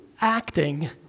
acting